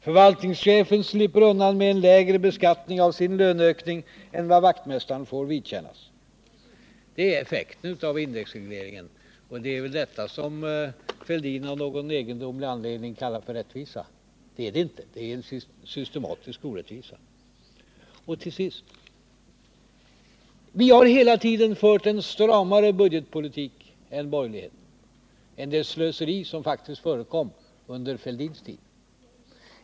Förvaltningschefen slipper undan med lägre beskattning av sin löneökning än vaktmästaren får vidkännas. — Det är effekten av indexregleringen, och det är väl det som herr Fälldin av någon egendomlig anledning kallar rättvisa! Men det är det inte, det är en systematisk orättvisa! Till sist: Vi har hela tiden föreslagit en stramare budgetpolitik än borgerligheten. Det förekom faktiskt slöseri under Fälldins tid.